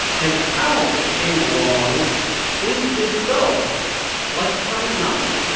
and how it came along is itself like a comic novel.